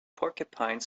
porcupine